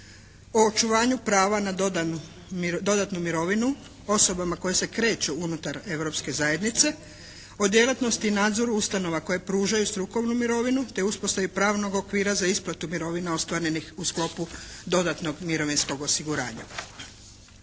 očuvanju prava na dodatnu mirovinu osobama koje se kreću unutar Europske zajednice, o djelatnosti i nadzoru ustanova koje pružaju strukovnu mirovinu, te uspostavi pravnog okvira za isplatu mirovinu ostvarenih u sklopu dodatnog mirovinskog osiguranja.